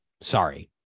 sorry